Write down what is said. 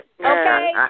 Okay